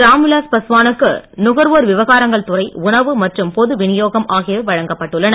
ராம்விலாஸ் பாஸ்வானுக்கு நுகர்வோர் விவகாரங்கள் துறை உணவு மற்றும் பொது விநியோகம் ஆகியவை வழங்கப்பட்டுள்ளன